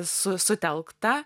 su sutelkta